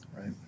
Right